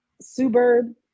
Suburb